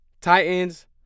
Titans